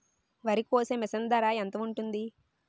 వరి కోసే మిషన్ ధర ఎంత ఉంటుంది?